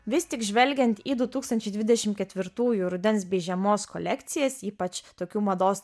vis tik žvelgiant į du tūkstančiai dvidešim ketvirtųjų rudens bei žiemos kolekcijas ypač tokių mados